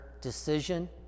decision